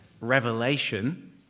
revelation